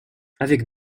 avec